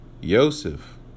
Yosef